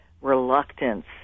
reluctance